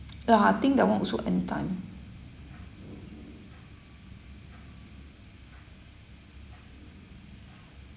lah I think that one also end time